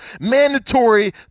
mandatory